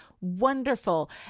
wonderful